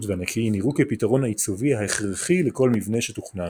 והנקי נראו כפתרון העיצובי ההכרחי לכל מבנה שתוכנן.